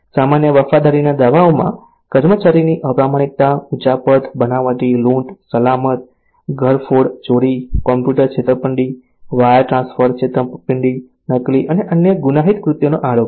સામાન્ય વફાદારીના દાવાઓમાં કર્મચારીની અપ્રમાણિકતા ઉચાપત બનાવટી લૂંટ સલામત ઘરફોડ ચોરી કોમ્પ્યુટર છેતરપિંડી વાયર ટ્રાન્સફર છેતરપિંડી નકલી અને અન્ય ગુનાહિત કૃત્યોનો આરોપ છે